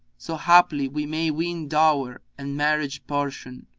so haply we may win dower and marriage portion,